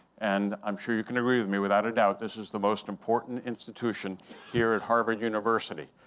and i'm sure you can agree with me without a doubt this is the most important institution here at harvard university!